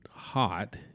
hot